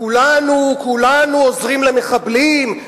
כולנו עוזרים למחבלים,